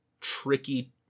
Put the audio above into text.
tricky